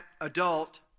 adult